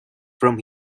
from